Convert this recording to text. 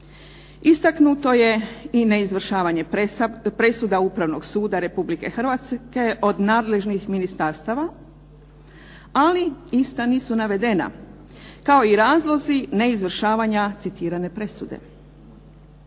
Istaknuto je i neizvršavanje presuda Upravnog suda Republike Hrvatske od nadležnih ministarstava ali ista nisu navedena, kao i razlozi neizvršavanja citirane presude.